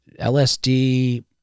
LSD